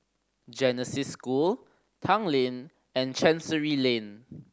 Genesis School Tanglin and Chancery Lane